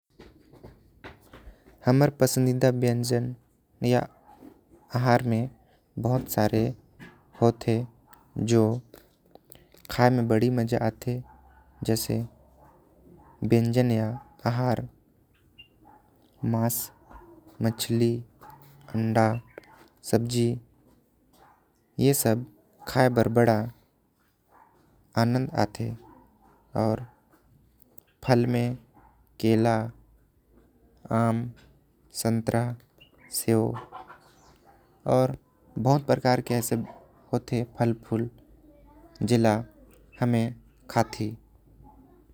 हमर पसंदीदा व्यंजन या आहार में बहुत सारे होते। जो खाई मे बड़ी मजा आते जैसे व्यंजन आऊ। आहार मास मछली अंडा सब्जी ये सब खाए बर बड़ा आनंद आते। और फल में केला आम संतरा सेव और बहुत प्रकार के होते। ऐसन फल फूल जिला हमन खाती।